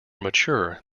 mature